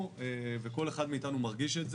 וכל אחד מאתנו מרגיש את זה.